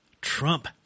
Trump